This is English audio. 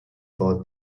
for